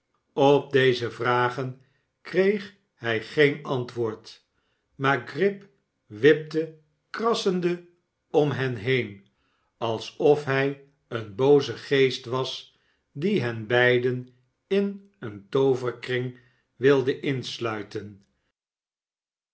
op deze vragen kreeg hij geen antwoord maar unp wipte krassende om hen heen alsof hij een booze geest was die hen beiden in een tooverkring wilde insluiten